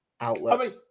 outlet